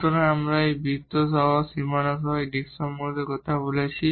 সুতরাং আমরা এখানে এই বৃত্ত সহ বাউন্ডারি সহ এই ডিস্ক সম্পর্কে কথা বলছি